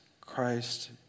Christ